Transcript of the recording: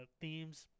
themes